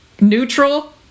neutral